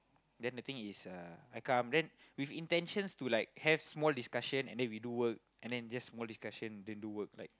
then the thing is uh I come then with intentions to like have small discussion and then we do work and then just more discussions then do work like